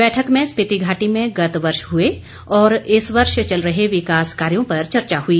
बैठक में स्पीति घाटी में गत वर्ष हुए और इस वर्ष चल रहे विकास कार्यों पर चर्चा हुई